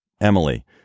Emily